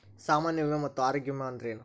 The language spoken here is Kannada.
ಸಾಮಾನ್ಯ ವಿಮಾ ಮತ್ತ ಆರೋಗ್ಯ ವಿಮಾ ಅಂದ್ರೇನು?